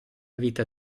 vita